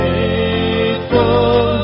Faithful